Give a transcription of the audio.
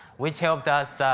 which helped us,